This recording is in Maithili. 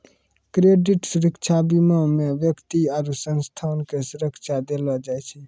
क्रेडिट सुरक्षा बीमा मे व्यक्ति आरु संस्था के सुरक्षा देलो जाय छै